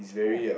ya